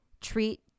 treat